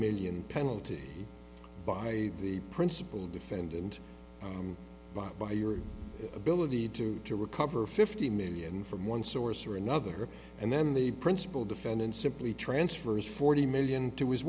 million penalty by the principle defendant bought by your ability to to recover fifty million from one source or another and then the principal defendant simply transfers forty million to his